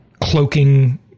cloaking